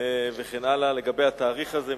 וכן הלאה לגבי התאריך הזה.